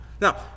Now